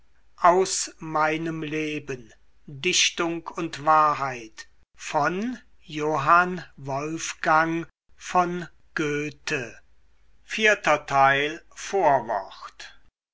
aus meinem leben dichtung und wahrheit